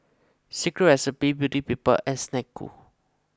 Secret Recipe Beauty People and Snek Ku